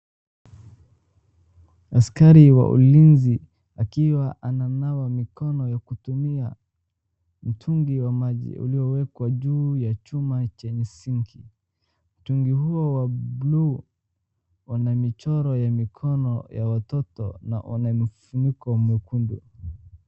Askari wa ulinzi akiwa ananawa mikono kutumia mtungi wa maji uliowekwa juu ya chuma chenye sinki, mtungi huo wa buluu una michoro wa mikono ya watoto na una kifuniko mwekundu.